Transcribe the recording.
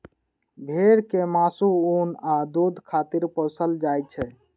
भेड़ कें मासु, ऊन आ दूध खातिर पोसल जाइ छै